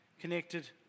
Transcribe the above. connected